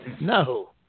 no